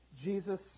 Jesus